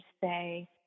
say